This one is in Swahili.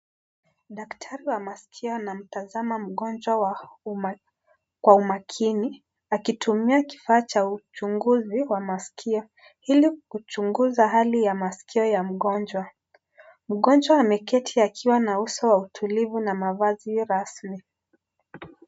Daktari wa maskio anamtazama mgonjwa kwa umakini akitumia kifaa cha uchunguzi wa maskio ili kuchunguza hali ya maskio ya mgonjwa. Mgonjwa ameketi akiwa na uso wa utulivu na mavazi rasmi.